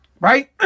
right